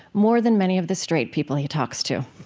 more than many of the straight people he talks to.